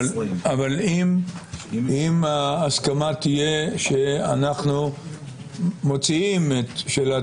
אבל אם ההסכמה תהיה שאנחנו מוציאים את שאלת